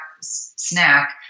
snack